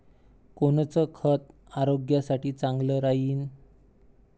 कोनचं खत आरोग्यासाठी चांगलं राहीन?